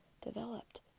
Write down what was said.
developed